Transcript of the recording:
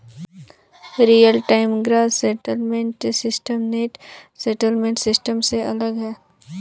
real time gross settlement system net settlement system से अलग है